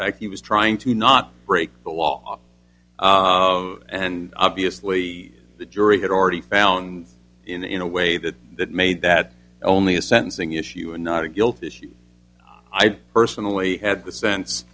fact he was trying to not break the law and obviously the jury had already found in a way that that made that only a sentencing issue and not a guilt issue i personally had the